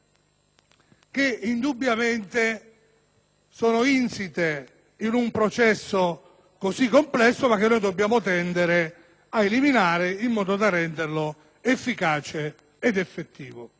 che indubbiamente sono insite in un processo così complesso, che dobbiamo però tendere ad eliminare in modo da renderlo efficace ed effettivo.